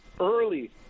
early